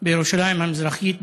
לרעה בירושלים המזרחית,